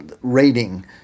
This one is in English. rating